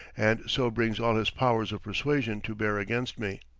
and so brings all his powers of persuasion to bear against me.